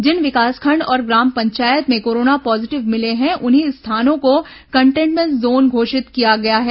जिन विकासखंड और ग्राम पंचायत में कोरोना पॉजिटिव मिले हैं उन्हीं स्थानों को कंटेनमेन्ट जोन घोषित किया गया है